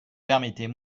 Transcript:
permettez